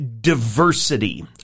diversity